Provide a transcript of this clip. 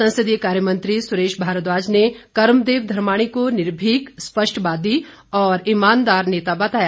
संसदीय कार्यमंत्री सुरेश भारद्वाज ने कर्मदेव धर्माणी को निर्भीक स्पष्टवादी और ईमानदार नेता बताया